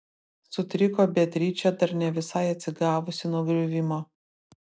sutriko beatričė dar ne visai atsigavusi nuo griuvimo